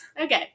Okay